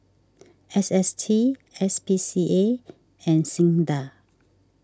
S S T S P C A and Sinda